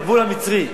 בגבול המצרי.